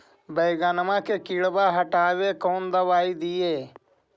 बैगनमा के किड़बा के हटाबे कौन दवाई दीए?